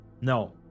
No